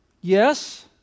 Yes